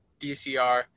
dcr